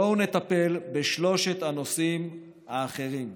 בואו נטפל בשלושת הנושאים האחרים: